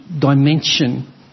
dimension